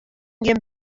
gjin